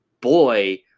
boy